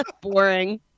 Boring